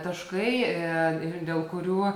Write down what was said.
taškai ir dėl kurių